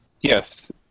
Yes